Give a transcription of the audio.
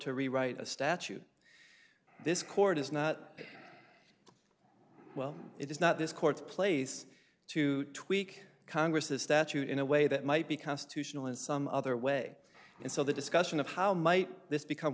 to rewrite a statute this court is not well it is not this court's place to tweak congress's statute in a way that might be constitutional in some other way and so the discussion of how might this become